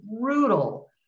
brutal